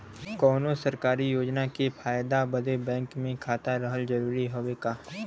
कौनो सरकारी योजना के फायदा बदे बैंक मे खाता रहल जरूरी हवे का?